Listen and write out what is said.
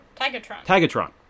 Tagatron